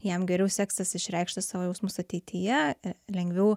jam geriau seksis išreikšti savo jausmus ateityje lengviau